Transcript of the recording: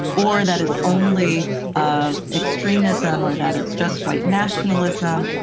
or that it's only ah extremism, or that it's just white nationalism.